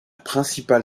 principale